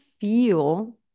feel